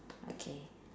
okay